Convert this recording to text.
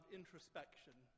introspection